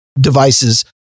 devices